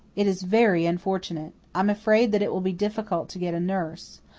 it is very unfortunate. i am afraid that it will be difficult to get a nurse.